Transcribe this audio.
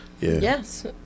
Yes